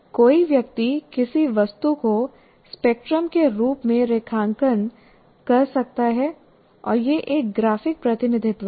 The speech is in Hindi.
कोई व्यक्ति किसी वस्तु को स्पेक्ट्रम के रूप में रेखांकन कर सकता है और यह एक ग्राफिक प्रतिनिधित्व है